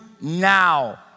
now